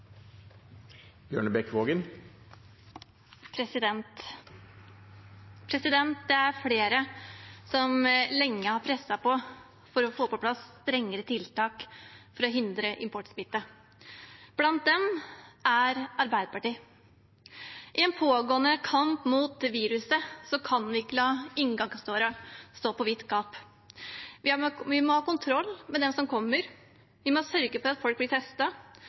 flere som lenge har presset på for å få på plass strengere tiltak for å hindre importsmitte. Blant dem er Arbeiderpartiet. I en pågående kamp mot viruset kan vi ikke la inngangsdøren stå på vidt gap. Vi må ha kontroll på dem som kommer, sørge for at folk blir